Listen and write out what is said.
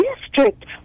district